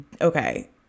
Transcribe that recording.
okay